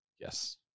yes